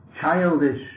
childish